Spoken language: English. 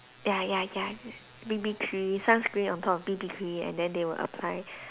ya ya ya B_B cream sunscreen on top of B_B cream and then they will apply